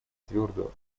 твердую